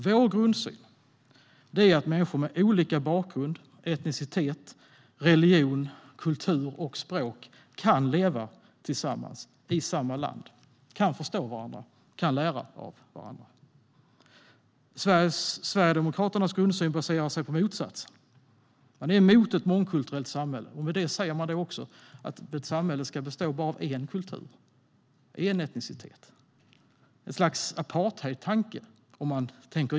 Vår grundsyn är att människor med olika bakgrund, etnicitet, religion, kultur och språk kan leva tillsammans i samma land, kan förstå varandra och kan lära av varandra. Sverigedemokraternas grundsyn baserar sig på motsatsen. Man är emot ett mångkulturellt samhälle. Med det säger man också att ett samhälle ska bestå av bara en kultur, en etnicitet - ett slags apartheidtanke.